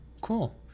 Cool